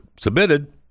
submitted